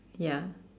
ya